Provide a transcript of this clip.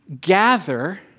gather